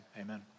Amen